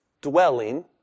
dwelling